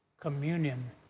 communion